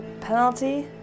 penalty